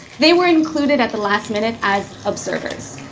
they were included at the last minute as observers.